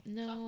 no